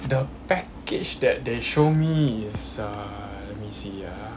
the package that they show me is uh let me see